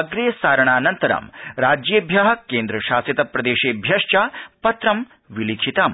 अग्रेसारणानन्तरं राज्येभ्य केन्द्रशासितप्रदेशेभ्यश्च पत्रं लिखितम्